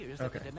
Okay